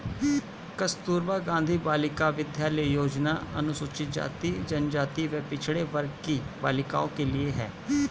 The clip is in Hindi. कस्तूरबा गांधी बालिका विद्यालय योजना अनुसूचित जाति, जनजाति व पिछड़े वर्ग की बालिकाओं के लिए है